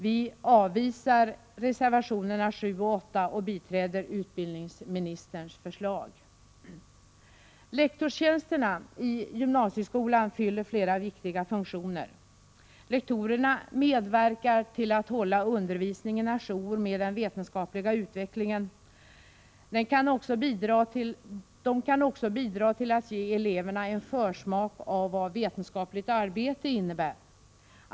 Vi avvisar reservationerna 7 och 8 och biträder utbildningsministerns förslag. Lektorstjänsterna i gymnasieskolan fyller flera viktiga funktioner. Lektorerna medverkar till att hålla undervisningen å jour med den vetenskapliga utvecklingen. De kan också bidra till att ge eleverna en försmak av vad vetenskapligt arbete innebär.